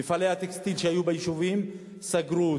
את מפעלי הטקסטיל שהיו ביישובים סגרו.